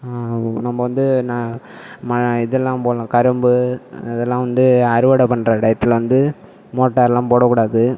நம்ம வந்து ந ம இதெல்லாம் போடலாம் கரும்பு அதெல்லாம் வந்து அறுவடை பண்ணுற டைத்தில் வந்து மோட்டாரெலாம் போடக்கூடாது